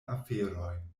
aferoj